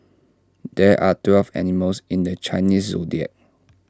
there are twelve animals in the Chinese Zodiac